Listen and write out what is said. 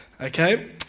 Okay